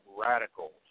radicals